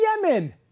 Yemen